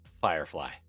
Firefly